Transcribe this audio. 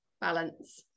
balance